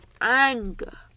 anger